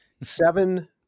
seven